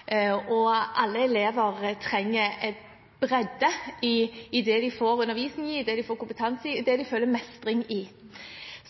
i alle fag, og alle elever trenger en bredde i det de får undervisning i, det de får kompetanse i og det de føler mestring i.